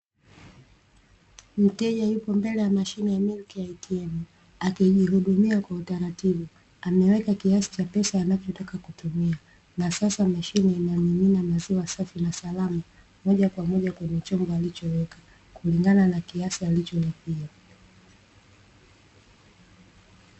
Mteja yupo mbele ya mashine ya "MILK ATM" akijihudumia kwa utaratibu, ameweka kiasi cha pesa anachotaka kutumia, na sasa mashine ina mimina maziwa safi na salama moja kwa moja kwenye chombo alichoweka, kulingana na kiasi alicholipia.